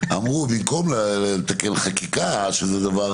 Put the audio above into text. אמרו שבמקום לתקן חקיקה שזה דבר